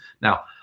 Now